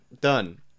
Done